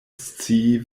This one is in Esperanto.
scii